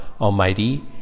Almighty